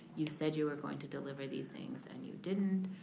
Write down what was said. you said you were going to deliver these things and you didn't.